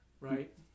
Right